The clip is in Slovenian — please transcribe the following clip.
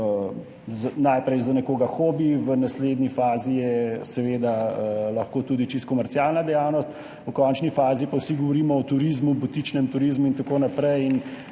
najprej za nekoga hobi, v naslednji fazi je seveda lahko tudi čisto komercialna dejavnost. V končni fazi pa vsi govorimo o turizmu, butičnem turizmu in tako naprej.